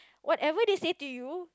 whatever they say to you